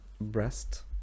breast